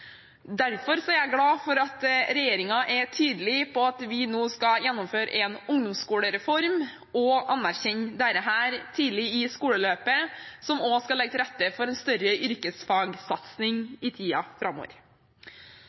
er jeg glad for at regjeringen er tydelig på at vi nå skal gjennomføre en ungdomsskolereform og anerkjenne dette tidlig i skoleløpet, noe som også skal legge til rette for en større yrkesfagsatsing i tiden framover.